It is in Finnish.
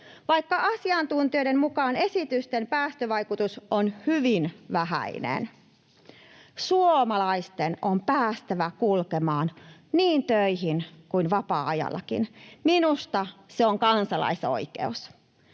vaikka asiantuntijoiden mukaan esitysten päästövaikutus on hyvin vähäinen. Suomalaisten on päästävä kulkemaan niin töihin kuin vapaa-ajallakin. Minusta se on kansalaisoikeus.